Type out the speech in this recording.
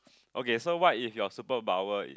okay so what if your superpower